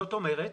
זאת אומרת,